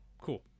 cool